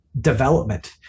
development